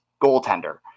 goaltender